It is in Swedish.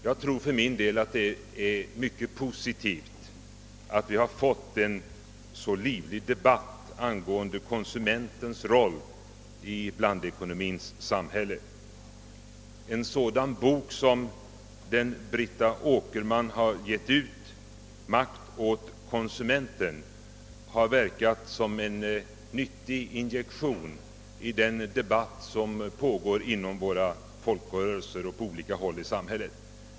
Jag anser för min del att det är mycket positivt, att vi har fått en så livlig debatt angående konsumentens roll i blandekonomins samhälle. En sådan bok, som den Britta Åkerman har gett ut, »Makt åt konsumenten», har verkat som en nyttig injektion i den debatt som pågår inom våra folkrörelser och på olika håll i samhället.